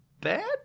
Bad